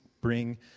bring